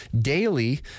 daily